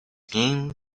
game